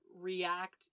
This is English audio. react